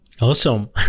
awesome